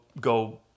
go